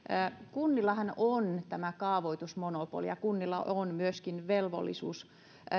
kunnillahan on tämä kaavoitusmonopoli ja kunnilla on myöskin velvollisuus